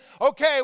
okay